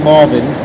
Marvin